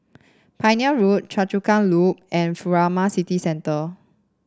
Pioneer Road Choa Chu Kang Loop and Furama City Centre